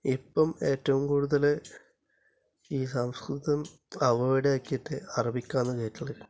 ഇപ്പം ഏറ്റവും കൂടുതൽ ഈ സംസ്കൃതം അവോയിഡ് ആക്കിയിട്ട് അറബിക് ആണ് കയറ്റൽ